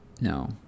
No